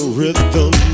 rhythm